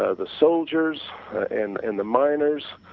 ah the soldiers and and the miners,